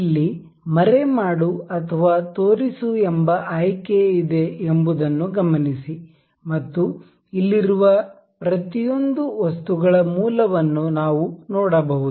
ಇಲ್ಲಿ ಮರೆಮಾಡು ಅಥವಾ ತೋರಿಸು ಎಂಬ ಆಯ್ಕೆ ಇದೆ ಎಂಬುದನ್ನು ಗಮನಿಸಿ ಮತ್ತು ಇಲ್ಲಿರುವ ಪ್ರತಿಯೊಂದು ವಸ್ತುಗಳ ಮೂಲ ವನ್ನು ನಾವು ನೋಡಬಹುದು